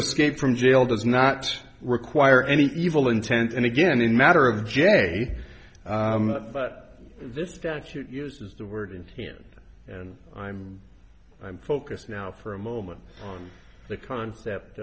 escape from jail does not require any evil intent and again a matter of j but this statute uses the word intent and i'm i'm focus now for a moment on the concept